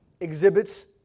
exhibits